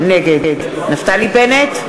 נגד נפתלי בנט,